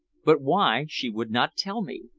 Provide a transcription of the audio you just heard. but why she would not tell me.